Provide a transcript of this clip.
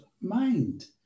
mind